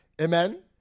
Amen